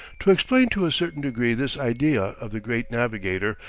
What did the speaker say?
to explain to a certain degree this idea of the great navigator,